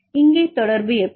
இங்கே தொடர்பு எப்படி